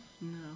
No